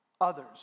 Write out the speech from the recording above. others